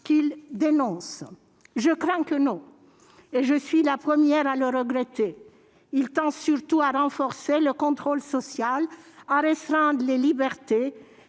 qu'il dénonce ? Je crains que non et je suis la première à le regretter. Il tend surtout à renforcer le contrôle social, à restreindre les libertés